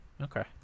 Okay